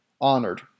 honored